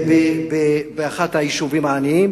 באחד היישובים העניים,